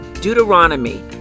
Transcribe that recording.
Deuteronomy